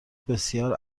بسیار